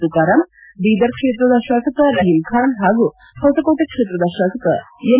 ಶುಕಾರಾಂ ಬೀದರ್ ಕ್ಷೇತ್ರದ ಶಾಸಕ ರಹೀಂ ಖಾನ್ ಹಾಗೂ ಹೊಸಕೋಟೆ ಕ್ಷೇತ್ರದ ಶಾಸಕ ಎಂ